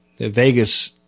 Vegas